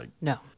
No